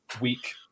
week